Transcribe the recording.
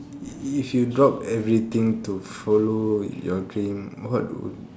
if you drop everything to follow your dream what would